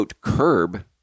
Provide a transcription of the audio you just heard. curb